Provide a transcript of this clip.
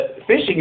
fishing